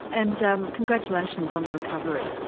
and um congratulations on the recovery.